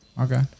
okay